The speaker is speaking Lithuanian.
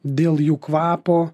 dėl jų kvapo